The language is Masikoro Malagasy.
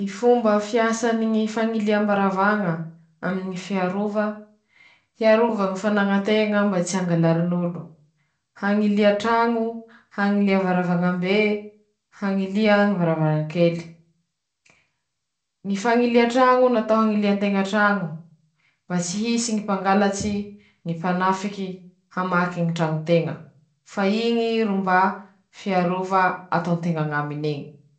Ñy fomba fiasany ñy hisatsiny ñy bisikilety noho ñy larony <ptoa>:Añisany ñy fitaova fototsy aminy ñy bisikilety ñy laro, mampandeha bisikilety iñy, ro mahazaka ñy lanjan-teña manday ñ'azy ;zay ñy asany ñy hisatsy na ñy laro.